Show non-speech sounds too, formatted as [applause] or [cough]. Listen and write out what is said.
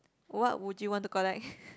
what would you want to collect [noise]